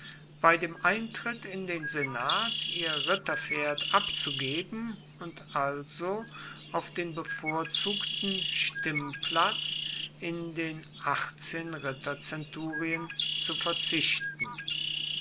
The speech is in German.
bei dem eintritt in den senat ihr ritterpferd abzugeben und also auf den bevorzugten stimmplatz in den achtzehn ritterzenturien zu verzichten